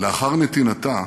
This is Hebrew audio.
לאחר נתינתה,